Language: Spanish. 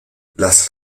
las